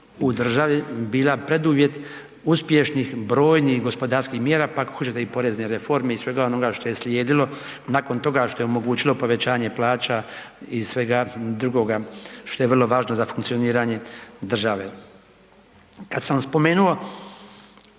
u državi bila preduvjet uspješnih brojnih gospodarskih mjera pa ako hoćete i porezne reforme i svega onoga što je slijedilo nakon toga, a što je omogućilo povećanje plaća i svega drugoga što je vrlo važno za funkcioniranje države. Kada sam spomenuo